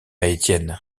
étienne